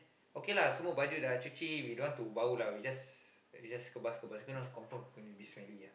okay lah semua baju dah cuci we don't want to bau lah we just we just kebas kebas cause confirm gonna be smelly ah